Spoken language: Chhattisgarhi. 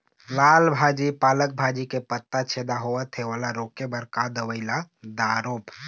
लाल भाजी पालक भाजी के पत्ता छेदा होवथे ओला रोके बर का दवई ला दारोब?